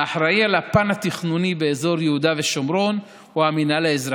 האחראי על הפן התכנוני באזור יהודה ושומרון הוא המינהל האזרחי.